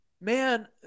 man